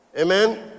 Amen